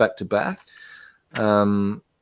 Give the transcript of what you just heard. back-to-back